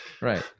right